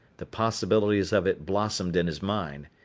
the possibilities of it blossomed in his mind.